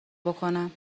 بکنم